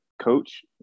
coach